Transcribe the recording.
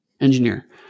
engineer